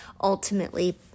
ultimately